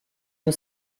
nur